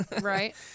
Right